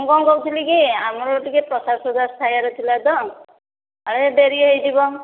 ମୁଁ କଣ କହୁଥିଲିକି ଆମର ଟିକିଏ ପ୍ରସାଦ ଫସାଦ ଖାଇବାର ଥିଲା ତ କାଳେ ଡ଼େରି ହେଇଯିବ